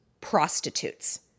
prostitutes